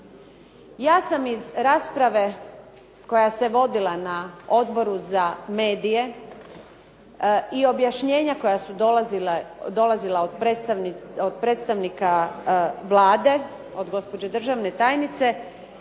Ja sam iz rasprave koja se vodila na Odboru za medije, i objašnjenja koja su dolazila od predstavnika Vlade, od gospođe državne tajnice,